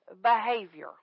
behavior